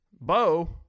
Bo